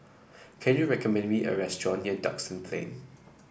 can you recommend me a restaurant near Duxton Plain